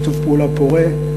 שיתוף פעולה פורה.